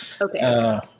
Okay